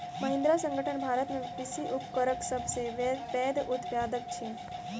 महिंद्रा संगठन भारत में कृषि उपकरणक सब सॅ पैघ उत्पादक अछि